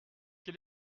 quel